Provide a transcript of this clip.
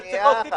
זה לא רק לחיילים.